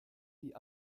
die